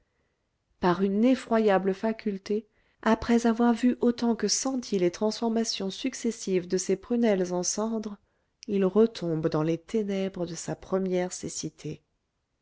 par une effroyable faculté après avoir vu autant que senti les transformations successives de ses prunelles en cendres il retombe dans les ténèbres de sa première cécité